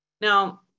Now